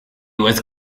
was